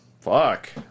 Fuck